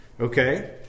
Okay